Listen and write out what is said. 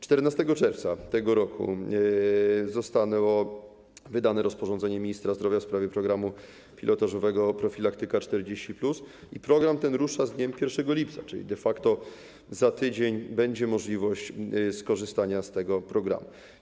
14 czerwca tego roku zostało wydane rozporządzenie ministra zdrowia w sprawie programu pilotażowego „Profilaktyka 40+” i program ten rusza z dniem 1 lipca, czyli de facto za tydzień będzie możliwość skorzystania z tego programu.